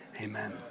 Amen